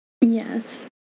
yes